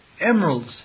Emeralds